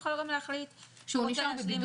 והוא גם יכול להחליט שהוא נשאר בבידוד.